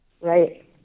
Right